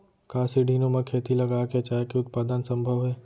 का सीढ़ीनुमा खेती लगा के चाय के उत्पादन सम्भव हे?